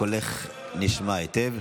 קולך נשמע היטב.